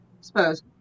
suppose